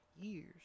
years